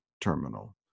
terminal